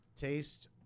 taste